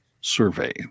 survey